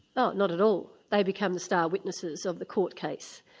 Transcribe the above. so not at all. they became the star witnesses of the court case.